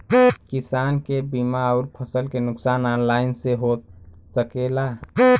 किसान के बीमा अउर फसल के नुकसान ऑनलाइन से हो सकेला?